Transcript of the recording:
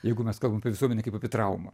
jeigu mes kalbam apie visuomenę kaip apie traumą